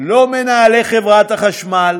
לא מנהלי חברת החשמל,